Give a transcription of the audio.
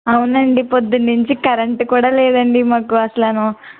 అవునండి పోద్దున నుంచి కరెంట్ కూడా లేదండి మాకు అసలు